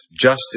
justice